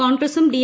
കോൺഗ്രസും ഡി